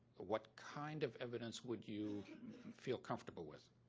what kind of evidence would you feel comfortable with?